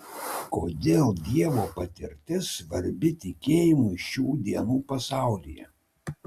kodėl dievo patirtis svarbi tikėjimui šių dienų pasaulyje